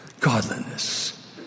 godliness